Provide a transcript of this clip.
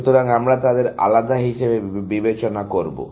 সুতরাং আমরা তাদের আলাদা হিসাবে বিবেচনা করব